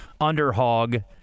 underhog